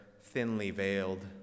thinly-veiled